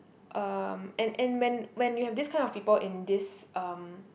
um and and when when you have this kind of people in this um